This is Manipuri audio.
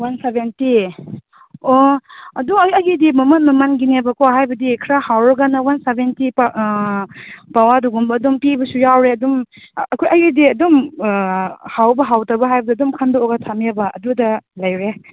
ꯋꯥꯟ ꯁꯕꯦꯟꯇꯤ ꯑꯣ ꯑꯗꯨ ꯑꯩꯒꯤꯗꯤ ꯃꯃꯜ ꯃꯃꯜꯒꯤꯅꯦꯕꯀꯣ ꯍꯥꯏꯕꯗꯤ ꯈꯔ ꯍꯥꯎꯔꯒꯅ ꯋꯥꯟ ꯁꯕꯦꯟꯇꯤ ꯄꯋꯥꯗꯒꯨꯝꯕ ꯑꯗꯨꯝ ꯄꯤꯕꯁꯨ ꯌꯥꯎꯔꯦ ꯑꯗꯨꯝ ꯑꯩꯈꯣꯏ ꯑꯩꯒꯤꯗꯤ ꯑꯗꯨꯝ ꯍꯥꯎꯕ ꯍꯥꯎꯇꯕ ꯍꯥꯏꯕꯗꯨ ꯑꯗꯨꯝ ꯈꯟꯗꯣꯛꯂꯒ ꯊꯝꯃꯦꯕ ꯑꯗꯨꯗ ꯂꯩꯔꯦ